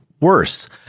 worse